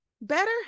Better